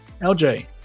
LJ